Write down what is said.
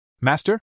Master